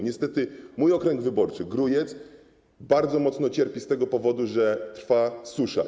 Niestety mój okręg wyborczy, Grójec, bardzo mocno cierpi z tego powodu, że trwa susza.